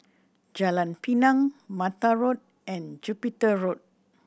Jalan Pinang Mata Road and Jupiter Road